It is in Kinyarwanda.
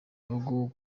gihugu